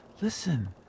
Listen